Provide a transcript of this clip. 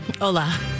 hola